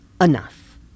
enough